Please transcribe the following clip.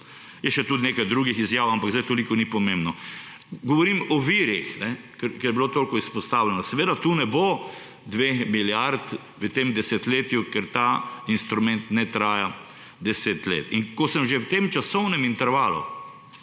In še tudi nekaj drugih izjav, ampak sedaj toliko ni pomembno. Govorim o virih, ker je bilo toliko izpostavljeno. Seveda tu ne bo 2 milijard v tem desetletju, ker ta instrument ne traja deset let. In ko sem že v tem časovnem intervalu,